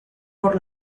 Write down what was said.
por